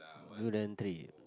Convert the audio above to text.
durian tree